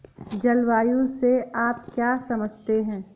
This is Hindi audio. जलवायु से आप क्या समझते हैं?